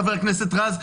חבר הכנסת רז.